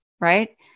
right